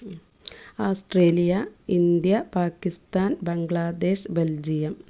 Australia India Pakistan Bangladesh Belgium